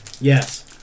Yes